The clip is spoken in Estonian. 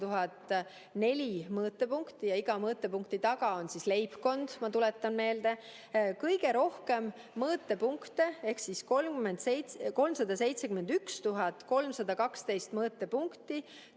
004 mõõtepunkti ja iga mõõtepunkti taga on leibkond, ma tuletan meelde –, siis kõige rohkem mõõtepunkte ehk 371 312 mõõtepunkti